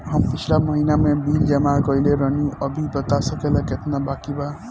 हम पिछला महीना में बिल जमा कइले रनि अभी बता सकेला केतना बाकि बा?